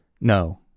No